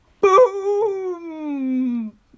Boom